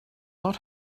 not